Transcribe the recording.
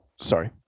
Sorry